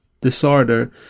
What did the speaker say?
disorder